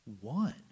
One